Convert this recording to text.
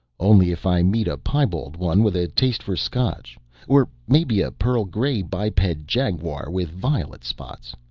only if i meet a piebald one with a taste for scotch or maybe a pearl gray biped jaguar with violet spots,